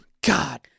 God